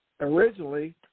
Originally